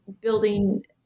building